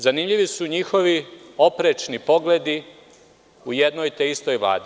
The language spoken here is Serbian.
Zanimljivi su njihovi oprečni pogledi u jednoj istoj Vladi.